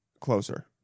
Closer